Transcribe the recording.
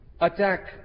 attack